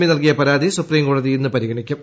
P നൽകിയ പരാതി സുപ്രീംകോടതി ഇന്ന് പരിഗണിക്കും